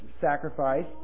sacrifice